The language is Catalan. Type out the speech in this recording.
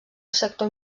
sector